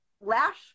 lash